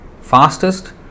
fastest